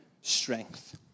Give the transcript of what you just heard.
strength